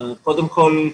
קודם כול,